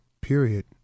period